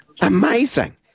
Amazing